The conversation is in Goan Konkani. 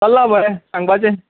चल्ला बरें सांगपाचें